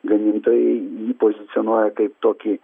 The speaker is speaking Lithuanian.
gamintojai jį pozicionuoja kaip tokį